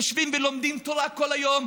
יושבים ולומדים תורה כל היום,